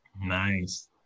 Nice